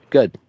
Good